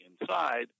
inside